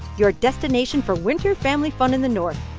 you're destination for winter family fun in the north!